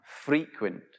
frequent